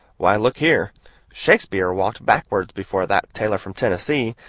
why, look here shakespeare walked backwards before that tailor from tennessee,